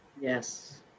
Yes